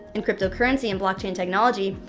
in cryptocurrency and blockchain technology,